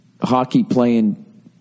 hockey-playing